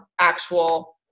actual